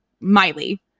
miley